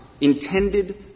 intended